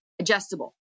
adjustable